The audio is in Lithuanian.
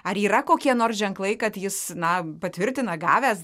ar yra kokie nors ženklai kad jis na patvirtina gavęs